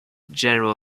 general